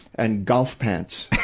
and golf pants,